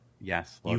Yes